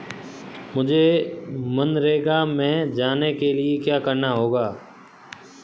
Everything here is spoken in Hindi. मुझे मनरेगा में जाने के लिए क्या करना होगा?